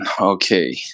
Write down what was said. okay